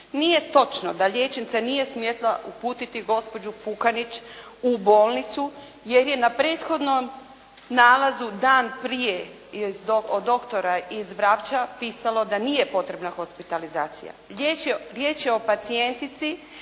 nije točno da liječnica nije smjela uputiti gospođu Pukanić u bolnicu jer je na prethodnom nalazu dan prije od doktora iz Vrapča pisalo da nije potrebna hospitalizacije.